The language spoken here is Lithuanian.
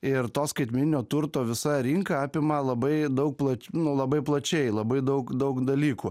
ir to skaitmeninio turto visa rinka apima labai daug plač nu labai plačiai labai daug daug dalykų